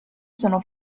sono